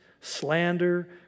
slander